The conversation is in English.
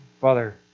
Father